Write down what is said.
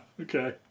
okay